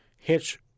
Hitch